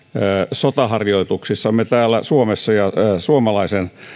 sotaharjoituksissamme täällä suomessa ja suomalaisen